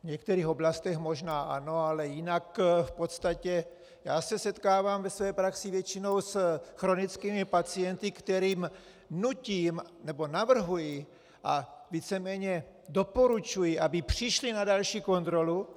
V některých oblastech možná ano, ale jinak v podstatě se setkávám ve své praxi většinou s chronickými pacienty, kterým nutím, nebo navrhuji a víceméně doporučuji, aby přišli na další kontrolu.